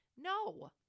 No